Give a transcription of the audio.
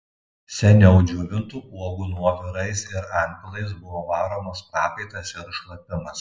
seniau džiovintų uogų nuovirais ir antpilais buvo varomas prakaitas ir šlapimas